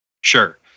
Sure